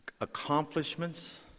accomplishments